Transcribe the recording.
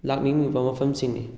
ꯂꯥꯛꯅꯤꯡꯉꯤꯕ ꯃꯐꯝꯁꯤꯡꯅꯤ